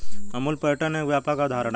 Amul pattern एक व्यापक अवधारणा है